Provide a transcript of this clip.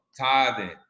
tithing